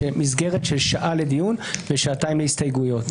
מסגרת של שעה לדיון ושעתיים להסתייגויות.